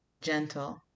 gentle